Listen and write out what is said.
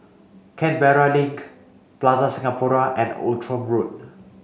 Canberra Link Plaza Singapura and Outram Road